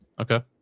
Okay